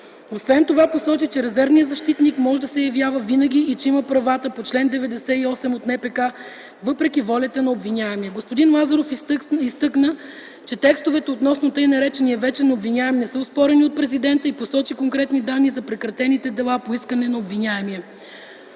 Манолова посочи, че резервният защитник може да се явява винаги и че има правата по чл. 98 от НПК, въпреки волята на обвиняемия. Господин Лазаров изтъкна, че текстовете относно така наречения вечен обвиняем не са оспорени от президента и посочи конкретни данни за прекратените дела по искане на обвиняемия.